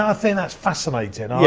i think that's fascinating.